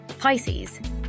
Pisces